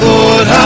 Lord